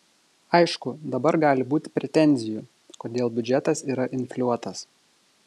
aišku dabar gali būti pretenzijų kodėl biudžetas yra infliuotas